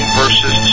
verses